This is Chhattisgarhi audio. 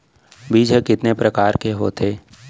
बीज ह कितने प्रकार के होथे?